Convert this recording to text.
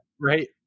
Right